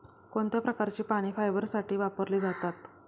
कोणत्या प्रकारची पाने फायबरसाठी वापरली जातात?